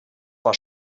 war